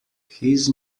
his